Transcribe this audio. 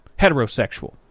heterosexual